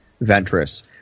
Ventress